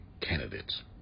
candidates